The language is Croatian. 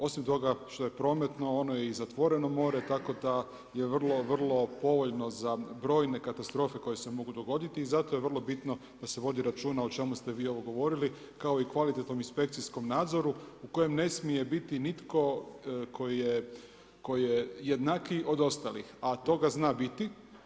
Osim toga što je prometno ono je i zatvoreno more tako da je vrlo, vrlo povoljno za brojne katastrofe koje se mogu dogoditi i zato je vrlo bitno da se vodi računa o čemu ste vi ovo govorili, kao i kvalitetnom inspekcijskom nadzoru u kojem ne smije biti nitko tko je jednakiji od ostalih, a toga zna biti.